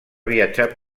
viatjar